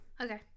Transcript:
Okay